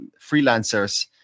freelancers